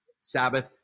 Sabbath